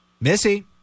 Missy